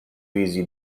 easy